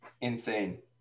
Insane